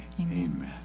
Amen